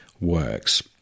works